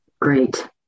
Great